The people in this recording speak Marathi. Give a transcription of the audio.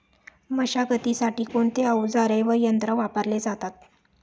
मशागतीसाठी कोणते अवजारे व यंत्र वापरले जातात?